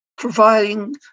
providing